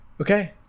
Okay